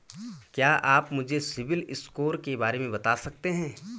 क्या आप मुझे सिबिल स्कोर के बारे में बता सकते हैं?